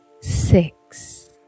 six